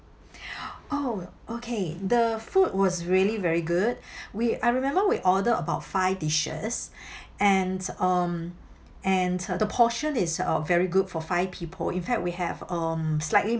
oh okay the food was really very good we I remember we ordered about five dishes and um and the portion is uh very good for five people in fact we have um slightly